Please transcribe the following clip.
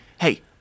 hey